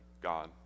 God